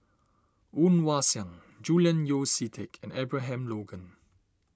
Woon Wah Siang Julian Yeo See Teck and Abraham Logan